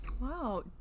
wow